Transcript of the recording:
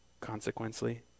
consequently